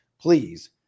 Please